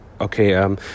okay